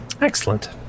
Excellent